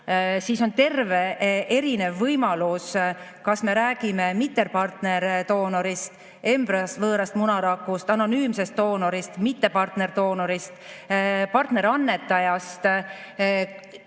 On veel erinevaid võimalusi: kas me räägime mittepartnerist doonorist, embrüost, võõrast munarakust, anonüümsest doonorist, mittepartnerist doonorist, partnerannetajast.